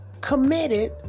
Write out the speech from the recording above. committed